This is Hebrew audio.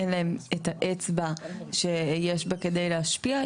אין להם את האצבע שיש בה כדי להשפיע.